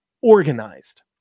organized